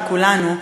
על כולנו,